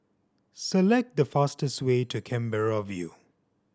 select the fastest way to Canberra View